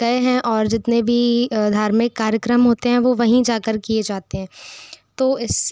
गए हैं और जितने भी धार्मिक कार्यक्रम होते हैं वो वहीं जाकर किए जाते हैं तो इस